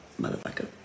motherfucker